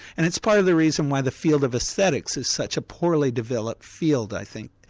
and it's part of the reason why the field of aesthetics is such a poorly developed field i think.